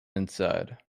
inside